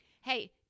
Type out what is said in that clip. Hey